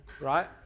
Right